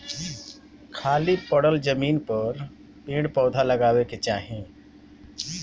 खाली पड़ल जमीन पर पेड़ पौधा लगावे के चाही